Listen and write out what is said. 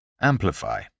Amplify